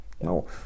No